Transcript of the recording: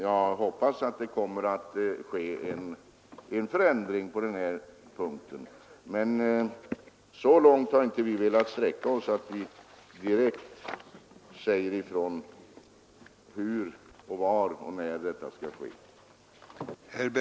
Jag hoppas att det kommer att ske en förändring på den här punkten, men så långt har vi inte velat sträcka oss i utskottet att vi direkt säger ifrån hur och var och när denna skall ske.